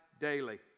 daily